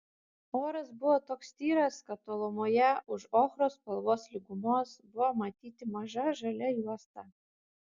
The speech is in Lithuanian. oras buvo toks tyras kad tolumoje už ochros spalvos lygumos buvo matyti maža žalia juosta